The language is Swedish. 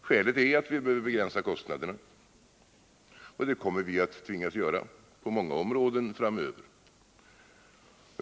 Skälet är att vi behöver begränsa kostnaderna, och det kommer vi att tvingas göra på många områden framöver.